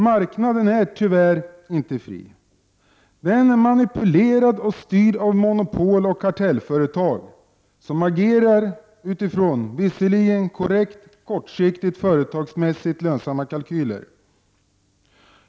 Marknaden är tyvärr inte fri. Den är manipulerad och styrd av monopol och kartellföretag, som visserligen agerar utifrån korrekt kortsiktiga och företagsmässigt lönsamma kalkyler.